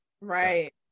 right